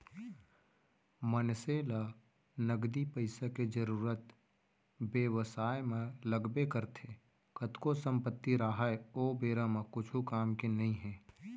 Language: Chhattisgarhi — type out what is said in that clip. मनसे ल नगदी पइसा के जरुरत बेवसाय म लगबे करथे कतको संपत्ति राहय ओ बेरा कुछु काम के नइ हे